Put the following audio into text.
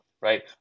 right